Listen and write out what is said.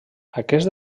aquest